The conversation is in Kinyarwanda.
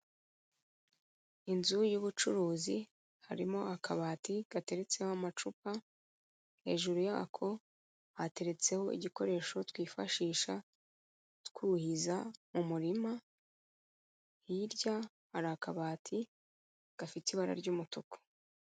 Inzu y'ubucuruzi, harimo akabati kateretseho amacupa, hejuru yako hateretseho igikoresho twifashisha twuhiza umurima, hirya hari akabati gafite ibara ry'umutuku.